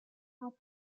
with